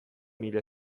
nire